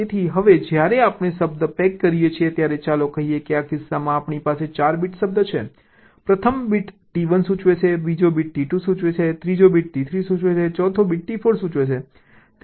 તેથી હવે જ્યારે આપણે શબ્દ પેક કરીએ છીએ ત્યારે ચાલો કહીએ કે આ કિસ્સામાં આપણી પાસે 4 બીટ શબ્દ છે પ્રથમ બીટ T1 સૂચવે છે બીજો બીટ T2 સૂચવે છે ત્રીજો બીટ T3 સૂચવે છે 4 બીટ T4 સૂચવે છે